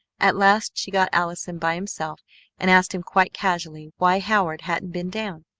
at last she got allison by himself and asked him quite casually why howard hadn't been down.